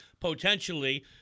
potentially